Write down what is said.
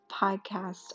podcast